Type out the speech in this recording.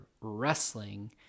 wrestling